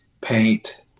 paint